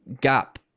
gap